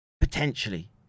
potentially